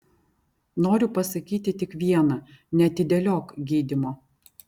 noriu pasakyti tik viena neatidėliok gydymo